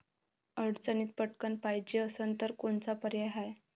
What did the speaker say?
अडचणीत पटकण पायजे असन तर कोनचा पर्याय हाय?